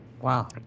Wow